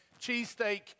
cheesesteak